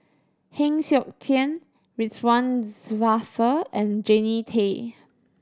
Heng Siok Tian Ridzwan Dzafir and Jannie Tay